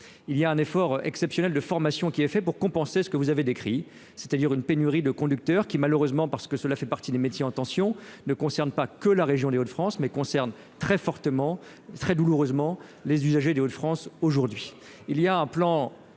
il y a un effort exceptionnel de formation qui est fait pour compenser ce que vous avez décrit, c'est-à-dire une pénurie de conducteurs qui, malheureusement, parce que cela fait partie des métiers en tension ne concerne pas que la région Les Hauts-de-France mais concerne très fortement très douloureusement les usagers du France, aujourd'hui